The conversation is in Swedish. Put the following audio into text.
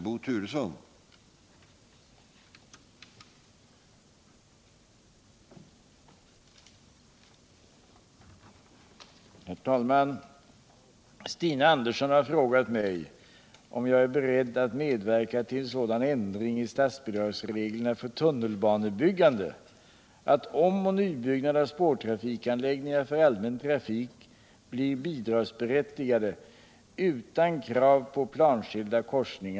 Det måste vara en klar samhällsekonomisk fördel om statliga bidrag också kan utgå för upprustning av äldre järnvägar, även om korsningar i samma plan inte alltid kan helt elimineras i perifera lägen.